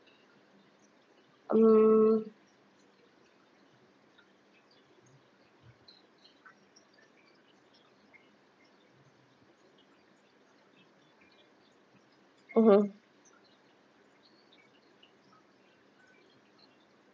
mm mmhmm